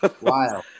Wow